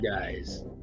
guys